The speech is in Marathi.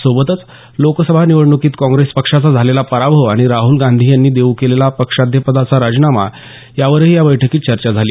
सोबतच लोकसभा निवडणुकीत काँप्रेस पक्षाचा झालेला पराभव आणि राहुल गांधी यांनी देऊ केलेला पक्षाध्यक्षपदाचा राजिनामा यावरही या बैठकीत चर्चा झाली